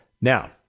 Now